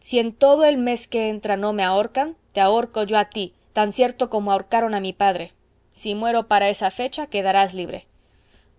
si en todo el mes que entra no me ahorcan te ahorco yo a ti tan cierto como ahorcaron a mi padre si muero para esa fecha quedarás libre